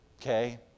okay